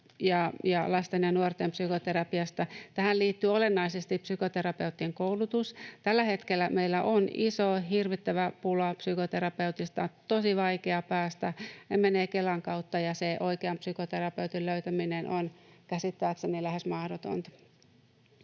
ja lasten ja nuorten psykoterapiasta. Tähän liittyy olennaisesti psykoterapeuttien koulutus. Tällä hetkellä meillä on iso, hirvittävä pula psykoterapeuteista. Terapiaan on tosi vaikea päästä. Ne menevät Kelan kautta, ja sen oikean psykoterapeutin löytäminen on käsittääkseni